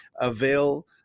Avail